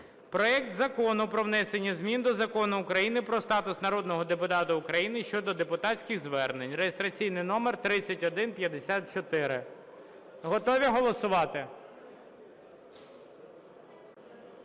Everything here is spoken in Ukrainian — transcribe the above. проект Закону про внесення змін до Закону України "Про статус народного депутата України" (щодо депутатських звернень) (реєстраційний номер 3154). Готові голосувати?